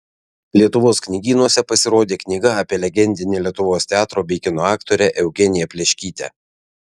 lietuvos knygynuose pasirodė knyga apie legendinę lietuvos teatro bei kino aktorę eugeniją pleškytę